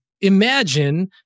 Imagine